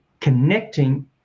connecting